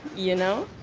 you know?